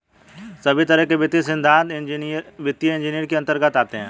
सभी तरह के वित्तीय सिद्धान्त वित्तीय इन्जीनियरिंग के अन्तर्गत आते हैं